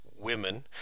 women